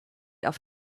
auf